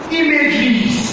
images